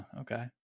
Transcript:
okay